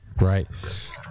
right